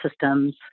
systems